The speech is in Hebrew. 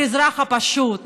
האזרח הפשוט,